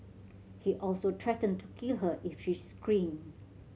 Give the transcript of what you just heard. he also threatened to kill her if she screamed